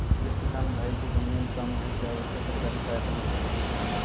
जिस किसान भाई के ज़मीन कम है क्या उसे सरकारी सहायता मिल सकती है?